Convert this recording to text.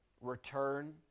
return